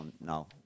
No